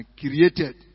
created